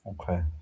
Okay